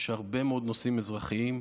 יש הרבה מאוד נושאים אזרחיים.